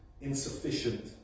insufficient